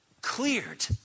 cleared